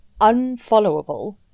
unfollowable